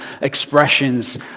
expressions